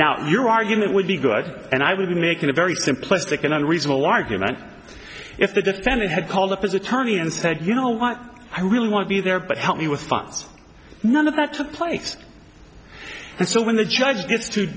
now your argument would be good and i would be making a very simplistic and a reasonable argument if the defendant had called up as attorney and said you know what i really want to be there but help me with guns none of that took place and so when the judge gets to